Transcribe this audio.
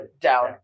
down